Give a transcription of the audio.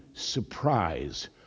surprise